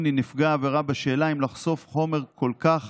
לנפגע העבירה בשאלה אם לחשוף חומר כל כך